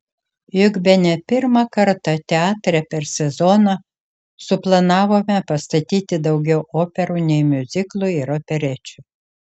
juk bene pirmą kartą teatre per sezoną suplanavome pastatyti daugiau operų nei miuziklų ir operečių